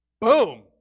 boom